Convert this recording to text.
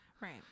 Right